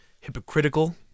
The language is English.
hypocritical